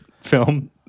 film